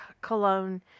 cologne